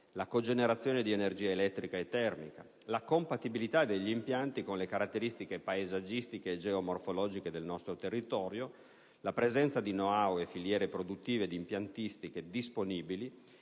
la cogenerazione di energia elettrica e termica, la compatibilità degli impianti con le caratteristiche paesaggistiche e geomorfologiche del nostro territorio, la presenza di *know how* e filiere produttive ed impiantistiche disponibili